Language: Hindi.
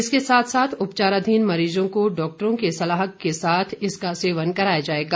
इसके साथ साथ उपचाराधीन मरीजों को डॉक्टरों की सलाह के साथ इसका सेवन कराया जाएगा